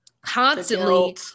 constantly